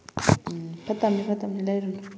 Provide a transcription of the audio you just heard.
ꯎꯝ ꯐꯠꯇꯕꯅꯤ ꯐꯠꯇꯕꯅꯤ ꯂꯩꯔꯨꯅꯨ